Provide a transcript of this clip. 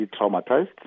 traumatized